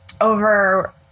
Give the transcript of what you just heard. over